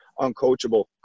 uncoachable